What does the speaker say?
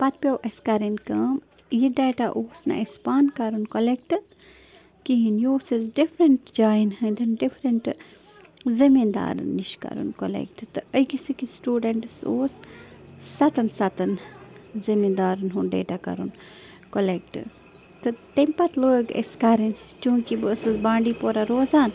پَتہٕ پیوٚو اَسہِ کَرٕنۍ کٲم یہِ ڈیٹَہ اوس نہٕ اَسہِ پانہٕ کَرُن کۄلٮ۪کٹ کِہیٖنۍ یہِ اوس اَسہِ ڈِفرنٛٹ جایَن ہٕنٛدٮ۪ن ڈِفرَنٛٹ زٔمیٖندارَن نِش کَرُن کۄلٮ۪کٹ تہٕ أکِس أکِس سُٹوڈٮ۪نٛٹَس اوس سَتَن سَتَن زٔمیٖندارَن ہُنٛد ڈیٹَہ کَرُن کۄلٮ۪کٹ تہٕ تَمہِ پَتہٕ لٲگۍ أسۍ کَرٕنۍ چوٗنٛکہِ بہٕ ٲسٕس بانٛڈی پورہ روزان